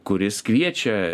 kuris kviečia